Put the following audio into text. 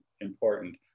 important